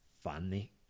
funny